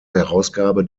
herausgabe